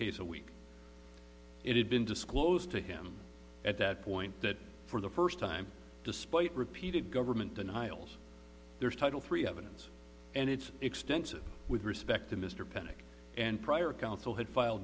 case a week it had been disclosed to him at that point that for the first time despite repeated government denials there's title three evidence and it's extensive with respect to mr panic and prior counsel had filed